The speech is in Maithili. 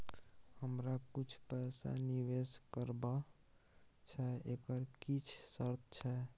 हमरा कुछ पैसा निवेश करबा छै एकर किछ शर्त छै?